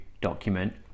document